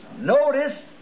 Notice